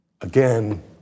Again